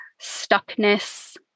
stuckness